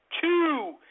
two